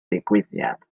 digwyddiad